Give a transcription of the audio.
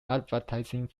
advertising